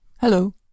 Hello